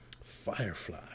Firefly